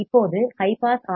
இப்போது high pass R